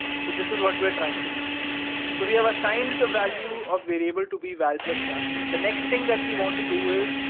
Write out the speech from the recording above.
so this is what we're trying to so we have assigned the value of variable to be val plus one. the next thing that we want to do is,